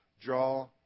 draw